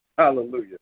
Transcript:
Hallelujah